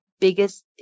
biggest